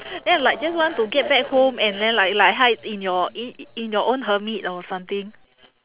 then I'm like just want to get back home and then like like hide in your in in your own hermit or something